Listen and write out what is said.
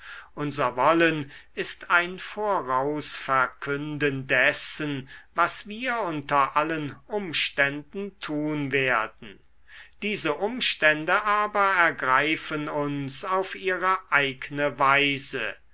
unser wollen ist ein vorausverkünden dessen was wir unter allen umständen tun werden diese umstände aber ergreifen uns auf ihre eigne weise